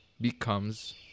becomes